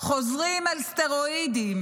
חוזרים על סטרואידים,